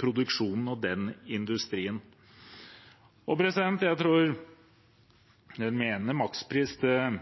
produksjonen og den industrien. Jeg tror